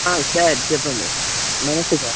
sir చెప్పండి నమస్తే sir